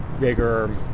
bigger